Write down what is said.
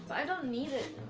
i don't need it